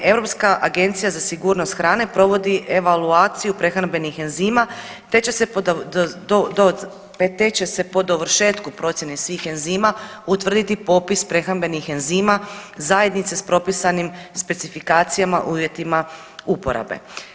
Europska agencija za sigurnost hrane provodi evaluaciju prehrambenih enzima, te će se po dovršetku procijene svih enzima utvrditi popis prehrambenih enzima zajednice s propisanim specifikacijama u uvjetima uporabe.